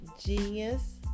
Genius